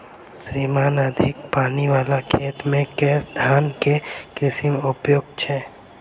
श्रीमान अधिक पानि वला खेत मे केँ धान केँ किसिम उपयुक्त छैय?